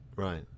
Right